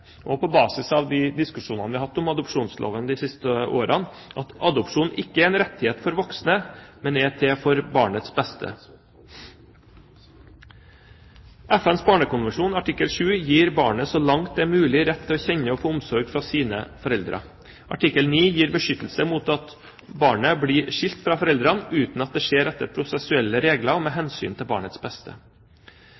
på basis av de diskusjonene vi har hatt om adopsjonsloven de siste årene, viktig å understreke at adopsjon ikke er en rettighet for voksne, men er til barnets beste. FNs barnekonvensjon artikkel 7 gir barnet så langt det er mulig, rett til å kjenne og få omsorg fra sine foreldre. Artikkel 9 gir beskyttelse mot at barnet blir skilt fra foreldrene uten at det skjer etter prosessuelle regler og med